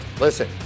Listen